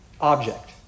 object